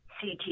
CT